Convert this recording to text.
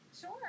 Sure